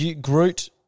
Groot